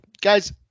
guys